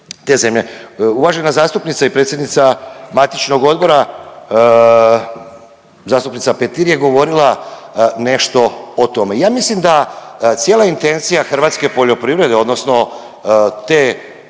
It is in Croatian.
Uvažena zastupnica i predsjednica matičnog odbora, zastupnica Petir je govorila nešto o tome. Ja mislim da cijela intencija hrvatske poljoprivrede odnosno te